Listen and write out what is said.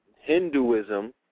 Hinduism